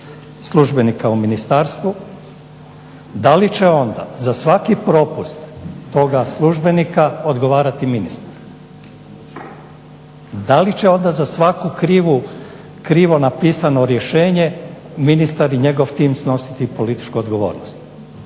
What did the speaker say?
službenika u ministarstvu, da li će onda za svaki propust toga službenika odgovarati ministar. Da li će onda za svako krivo napisano rješenje ministar i njegov tim snositi političku odgovornost.